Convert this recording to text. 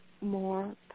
more